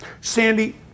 Sandy